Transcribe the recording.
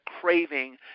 craving